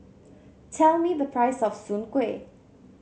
tell me the price of Soon Kuih